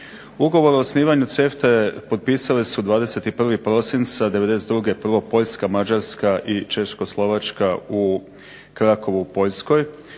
slobodnoj trgovini CEFT-e potpisali su 21. prosinca 1992. prvo Poljska, Mađarska i Čekoslovačka u Krakowu u POljskoj.